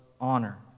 honor